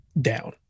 down